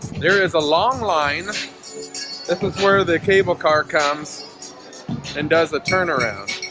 there is a long line this is where the cable car comes and does the turn around?